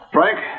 Frank